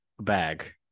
bag